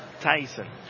Tyson